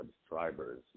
subscribers